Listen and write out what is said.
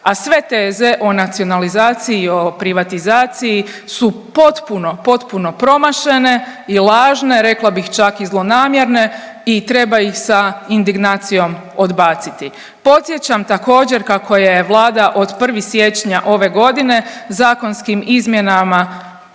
A sve teze o nacionalizaciji i o privatizaciji su potpuno, potpuno promašene i lažne, rekla bih čak i zlonamjerne i treba ih sa indignacijom odbaciti. Podsjećam također kako je Vlada od 1. siječnja ove godine zakonskim izmjenama